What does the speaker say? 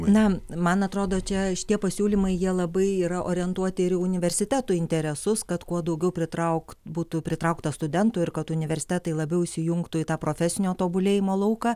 na man atrodo čia šitie pasiūlymai jie labai yra orientuoti ir į universitetų interesus kad kuo daugiau pritraukt būtų pritraukta studentų ir kad universitetai labiau įsijungtų į tą profesinio tobulėjimo lauką